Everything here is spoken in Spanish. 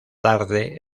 tarde